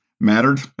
mattered